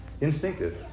instinctive